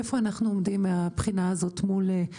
איפה אנחנו עומדים מהבניה הזאת מול, למשל,